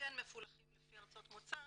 שמפולחים לפי ארצות מוצא.